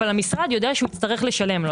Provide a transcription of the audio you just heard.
אבל המשרד יודע שיצטרך לשלם לו.